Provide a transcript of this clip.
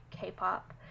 K-pop